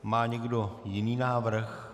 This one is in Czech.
Má někdo jiný návrh?